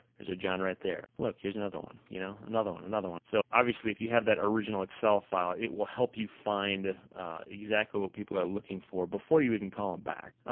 there's a john right there. look, here's another one, you know? another one, another one. so obviously if you have that original excel file, it will help you find exactly what people are looking for before you even call em back.